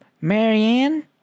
Marianne